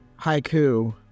haiku